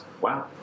Wow